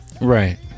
right